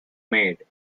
made